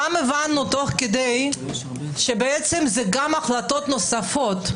גם הבנו תוך כדי שזה גם החלטות נוספות.